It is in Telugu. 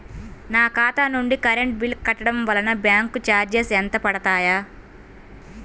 నా ఖాతా నుండి కరెంట్ బిల్ కట్టడం వలన బ్యాంకు చార్జెస్ ఎంత పడతాయా?